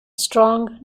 strong